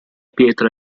pietra